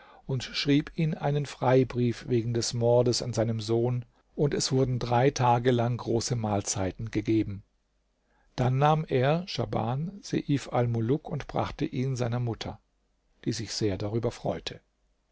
und schrieb ihm einen freibrief wegen des mordes an seinem sohnes und es wurden drei tage lang große mahlzeiten gegeben dann nahm er schahban seif almuluk und brachte ihn seiner mutter die sich sehr darüber freute